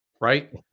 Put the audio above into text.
right